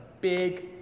big